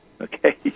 Okay